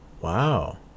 wow